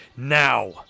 Now